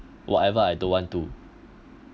whatever I don't want to